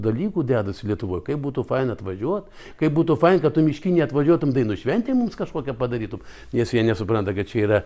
dalykų dedasi lietuvoj kaip būtų faina atvažiuot kaip būtų faina kad tu miškini atvažiuotum dainų šventę mums kažkokią padarytum nes jie nesupranta kad čia yra